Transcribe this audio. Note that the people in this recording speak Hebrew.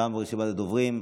תמה רשימה הדוברים.